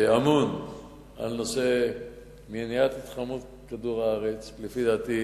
שאמון על מניעת התחממות כדור הארץ, לפי דעתי,